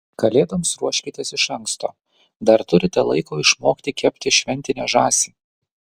kalėdoms ruoškitės iš anksto dar turite laiko išmokti kepti šventinę žąsį